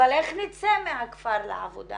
אבל איך נצא מהכפר לעבודה